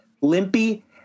Limpy